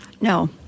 No